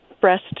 breast